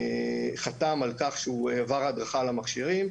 חתם על כך שהוא עבר הדרכה על המכשירים.